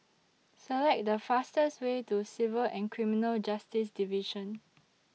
Select The fastest Way to Civil and Criminal Justice Division